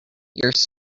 yours